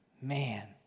Man